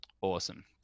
Awesome